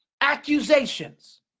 accusations